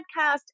podcast